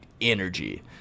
energy